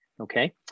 Okay